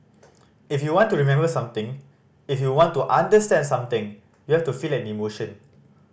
if you want to remember something if you want to understand something you have to feel an emotion